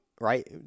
right